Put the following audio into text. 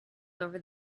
over